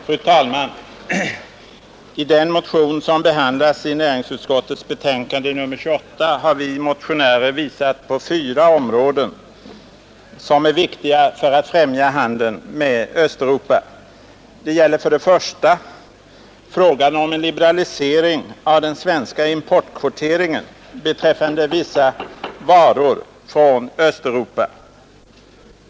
Fru talman! I den motion som behandlas i näringsutskottets betänkande nr 28 har vi motionärer visat på fyra områden som är viktiga för att främja handeln med Östeuropa. Det gäller för det första frågan om en liberalisering av den svenska importkvoteringen beträffande vissa varor från Östeuropa.